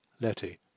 Letty